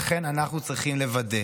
לכן אנחנו צריכים לוודא